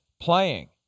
Playing